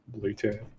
Bluetooth